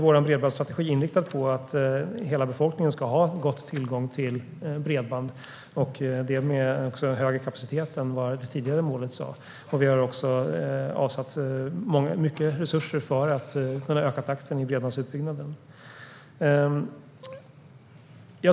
Vår bredbandsstrategi är därför inriktad på att hela befolkningen ska ha god tillgång till bredband och med en högre kapacitet än vad det tidigare målet var. Vi har avsatt mycket resurser för att kunna öka takten i bredbandsutbyggnaden.